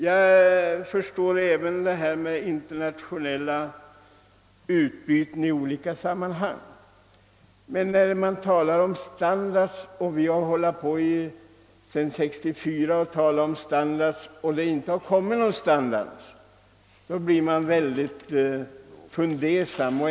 Jag förstår att inernationellt samarbete kan vara av betydele, men när vi sedan 1964 har hållit på med att diskutera standards utan att några sådana har kunnat fastställas blir man fundersam.